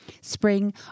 Spring